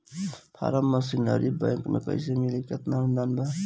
Form machinery bank कैसे मिली कितना अनुदान बा?